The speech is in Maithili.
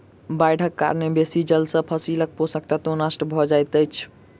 बाइढ़क कारणेँ बेसी जल सॅ फसीलक पोषक तत्व नष्ट भअ जाइत अछि